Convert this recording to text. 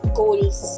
goals